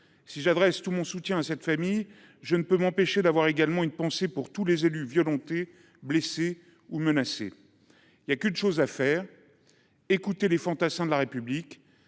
En adressant tout mon soutien à cette famille, je ne peux m’empêcher d’avoir également une pensée pour tous les élus violentés, blessés ou menacés. Il n’y a qu’une chose à faire : écouter les fantassins de la République,